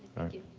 thank you.